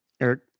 Eric